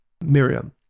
Miriam